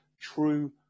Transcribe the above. true